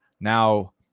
Now